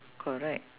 correct